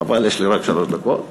חבל, יש לי רק שלוש דקות.